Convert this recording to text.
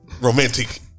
Romantic